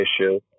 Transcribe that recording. issue